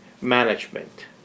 management